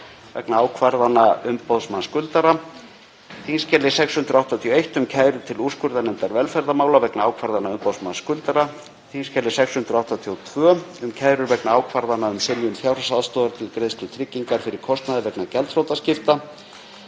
vegna ákvarðana umboðsmanns skuldara, þskj. 681, um kærur til úrskurðarnefndar velferðarmála vegna ákvarðana umboðsmanns skuldara, þskj. 682, um kærur vegna ákvarðana um synjun fjárhagsaðstoðar til greiðslu tryggingar fyrir kostnaði vegna gjaldþrotaskipta,